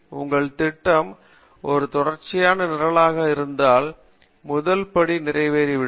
எனவே உங்கள் திட்டம் ஒரு தொடர்ச்சியான நிரலாக இருந்தால் முதல் படி நிறைவேற்றப்படும்